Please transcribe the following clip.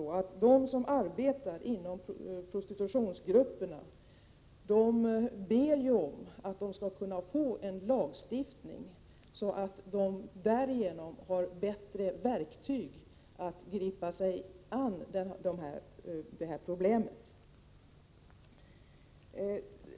De som arbetar inom prostitutionsgrupperna ber att det skall komma till stånd en lagstiftning så att de får bättre verktyg med vilkas hjälp de kan gripa sig an problemen.